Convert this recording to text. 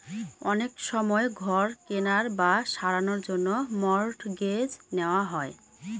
অনেক সময় ঘর কেনার বা সারানোর জন্য মর্টগেজ নেওয়া হয়